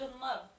love